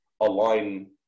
align